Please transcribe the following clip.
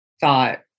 thought